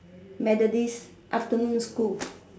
methodist afternoon school